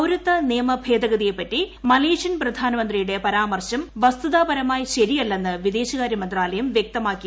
പൌരത്വ നിയമ ഭേദഗതിയെപ്പറ്റി മലേഷ്യൻ പ്രധാനമന്ത്രിയുടെ പരാമർശം വസ്തുതാപരമായി ശരിയല്ലെന്ന് വിദേശകാര്യ മന്ത്രാലയം വ്യക്തമാക്കി